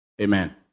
Amen